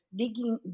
digging